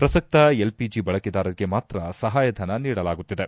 ಪ್ರಸಕ್ತ ಎಲ್ಪಿಜಿ ಬಳಕೆದಾರರಿಗೆ ಮಾತ್ರ ಸಹಾಯಧನ ನೀಡಲಾಗುತ್ತಿದೆ